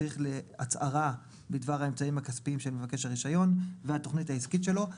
צריך הצהרה בדבר האמצעים הכספיים של מבקש הרישיון והתוכנית העסקית שלו.